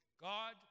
God